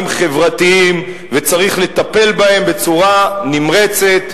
חברתיים וצריך לטפל בהם בצורה נמרצת,